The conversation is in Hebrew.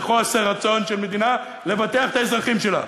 זה חוסר רצון של מדינה לבטח את האזרחים שלה,